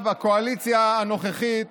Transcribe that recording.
הקואליציה הנוכחית